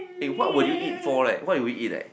eh what would you eat for eh like what would you eat eh